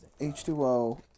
H2O